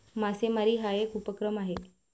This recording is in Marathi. मासेमारी हा एक उपक्रम आहे